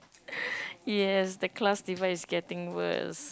yes the class people is getting worse